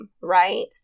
right